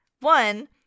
one